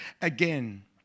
again